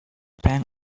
pang